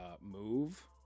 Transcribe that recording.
move